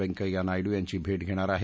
व्यंकय्या नायडू यांची भेट घेणार आहेत